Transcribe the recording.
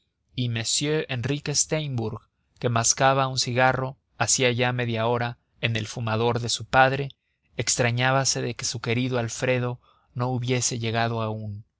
enrique steimbourg que mascaba un cigarro hacía ya media hora en el fumador de su padre extrañábase de que su querido alfredo no hubiese llegado aún